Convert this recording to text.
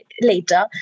later